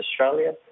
Australia